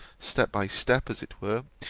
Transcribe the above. step by step, as it were,